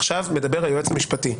עכשיו מדבר היועץ המשפטי.